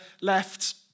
left